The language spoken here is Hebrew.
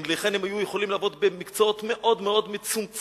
ולכן הם היו יכולים לעבוד במקצועות מאוד מאוד מצומצמים,